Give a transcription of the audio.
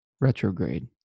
retrograde